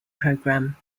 program